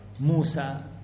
Musa